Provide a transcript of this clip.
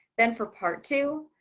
then for part two.